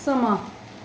समां